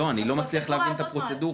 לא, אני לא מצליח להבין את הפרוצדורה.